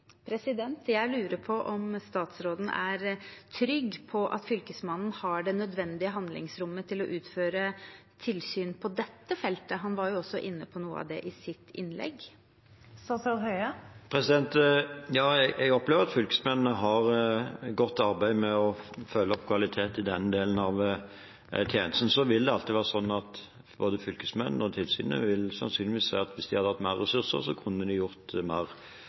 Jeg lurer på om statsråden er trygg på at Fylkesmannen har det nødvendige handlingsrommet til å utføre tilsyn på dette feltet. Han var også inne på noe av dette i sitt innlegg. Jeg opplever at fylkesmennene har gjort et godt arbeid med å følge opp kvaliteten i denne delen av tjenesten. Det vil alltid være slik at både fylkesmennene og tilsynene sannsynligvis, hvis de hadde mer ressurser, kunne gjort mer.